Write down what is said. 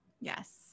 Yes